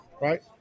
right